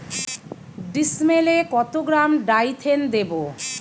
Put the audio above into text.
ডিস্মেলে কত gram Dithane দেবো?